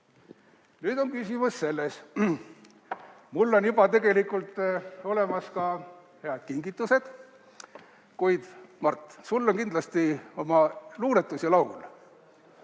nüüd on küsimus järgmine. Mul on juba tegelikult olemas head kingitused. Mart, sul on kindlasti oma luuletus ja laul.